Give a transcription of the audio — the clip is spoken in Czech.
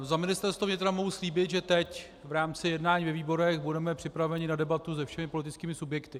Za Ministerstvo vnitra mohu slíbit, že teď v rámci jednání ve výborech budeme připraveni na debatu se všemi politickými subjekty.